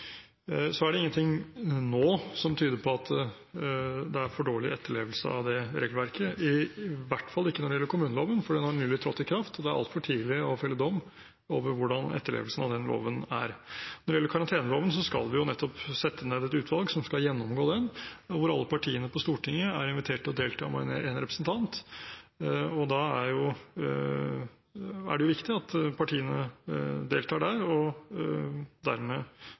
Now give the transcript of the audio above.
er det ingenting nå som tyder på at det er for dårlig etterlevelse av det regelverket – i hvert fall ikke når det gjelder kommuneloven, for den har nylig trådt i kraft, og det er altfor tidlig å felle dom over hvordan etterlevelsen av den loven er. Når det gjelder karanteneloven, skal vi jo nettopp sette ned et utvalg som skal gjennomgå den, hvor alle partiene på Stortinget er invitert til å delta med én representant. Da er det viktig at partiene deltar der og dermed